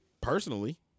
Personally